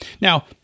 now